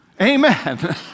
Amen